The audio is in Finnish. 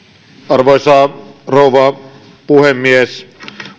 arvoisa rouva puhemies